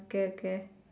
okay okay